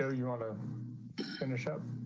ah you want to finish up.